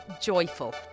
joyful